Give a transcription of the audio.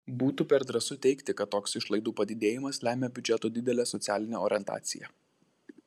būtų per drąsu teigti kad toks išlaidų padidėjimas lemia biudžeto didelę socialinę orientaciją